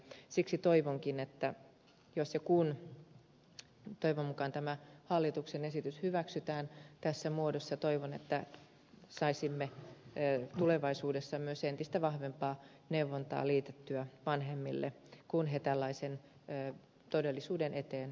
siksi toivonkin jos ja kun toivon mukaan tämä hallituksen esitys hyväksytään tässä muodossa että saisimme tulevaisuudessa myös entistä vahvempaa neuvontaa liitettyä vanhemmille kun he tällaisen todellisuuden eteen joutuvat